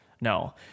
No